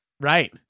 Right